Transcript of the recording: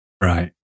Right